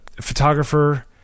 photographer